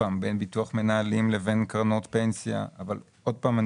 בין ביטוח מנהלים לבין קרנות פנסיה אבל שוב אני